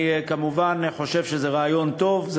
אני כמובן חושב שזה רעיון טוב.